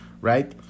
right